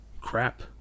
crap